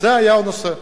זה היה הנושא.